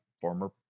former